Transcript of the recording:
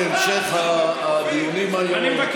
תוכלו לדבר בהמשך הדיונים היום.